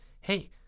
hey